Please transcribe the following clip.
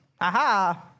aha